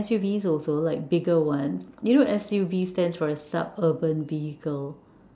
S_U_V also like bigger ones you know S_U_V stands for a sub urban vehicle